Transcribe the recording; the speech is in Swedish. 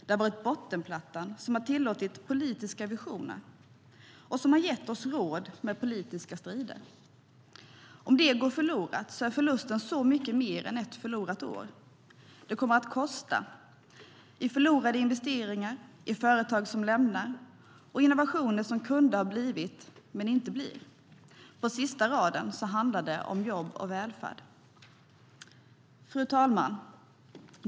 Det har varit bottenplattan som tillåtit politiska visioner och gett oss råd med politiska strider. Fru talman!